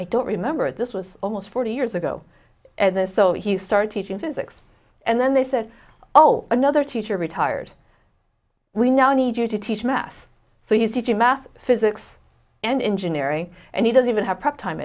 i don't remember this was almost forty years ago so he started teaching physics and then they said oh another teacher retired we now need you to teach math for his teaching math physics and engineering and he doesn't even have prep time